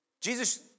Jesus